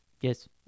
Yes